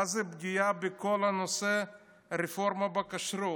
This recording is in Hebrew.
מה זה פגיעה בכל נושא הרפורמה בכשרות?